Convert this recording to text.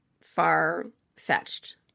far-fetched